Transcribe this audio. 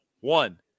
One